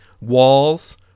walls